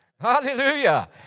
Hallelujah